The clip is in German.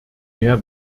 mehr